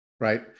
right